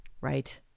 Right